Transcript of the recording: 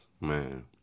Man